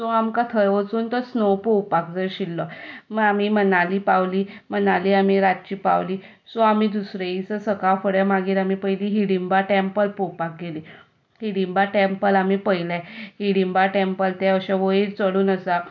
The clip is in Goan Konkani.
सो आमकां थंय वचून तो स्नो पळोवपाक जाय आशिल्लो मागीर आमी मनाली पावली मनाली आमी रातची पावली सो आमी दुसरे दिसा सकाळफुडें मागीर आमी पयली आमी हिडिंबा टॅम्पल पळोवपाक गेलीं हिंडिंबा टॅम्पल आमी पळयलें हिडिंबा टॅम्पल तें अशें वयर चडून आसा